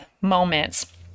moments